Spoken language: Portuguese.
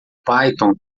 python